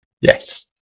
yes